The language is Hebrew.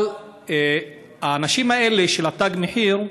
אבל האנשים האלה, של תג מחיר,